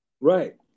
Right